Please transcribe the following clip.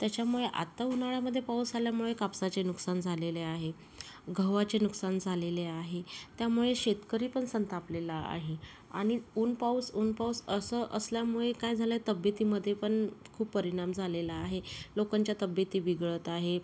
त्याच्यामुळे आत्ता उन्हाळ्यामध्ये पाऊस आल्यामुळे कापसाचे नुकसान झालेले आहे गव्हाचे नुकसान झालेले आहे त्यामुळे शेतकरी पण संतापलेला आहे आणि ऊन पाऊस ऊन पाऊस असं असल्यामुळे काय झालं आहे तब्येतीमध्ये पण खूप परिणाम झालेला आहे लोकांच्या तब्येती बिघडत आहेत